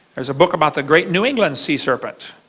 there's a book about the great new england sea serpent.